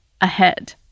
ahead